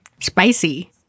Spicy